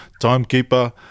timekeeper